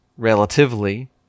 relatively